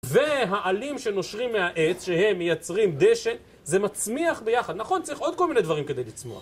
והעלים שנושרים מהעץ, שהם מייצרים דשא, זה מצמיח ביחד. נכון? צריך עוד כל מיני דברים כדי לצמוח.